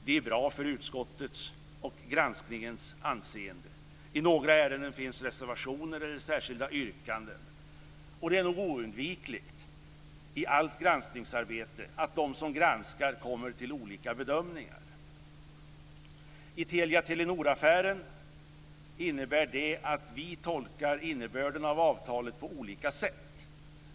Det är bra för utskottets och granskningens anseende. I några ärenden finns reservationer eller särskilda yttranden. Det är nog oundvikligt i allt granskningsarbete att de som granskar kommer till olika bedömningar. I Telia-Telenor-affären innebär det att vi tolkar innebörden av avtalet på olika sätt.